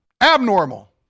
abnormal